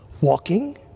walking